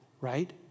right